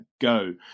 Go